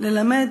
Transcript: ללמד